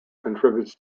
contributes